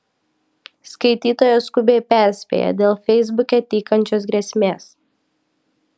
skaitytoja skubiai perspėja dėl feisbuke tykančios grėsmės